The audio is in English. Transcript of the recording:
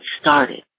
started